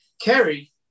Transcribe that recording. Kerry